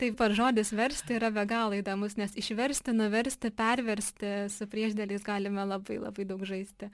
taip ir žodis versti yra be galo įdomus nes išversti nuversti perversti su priešdėliais galime labai labai daug žaisti